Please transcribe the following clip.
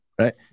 Right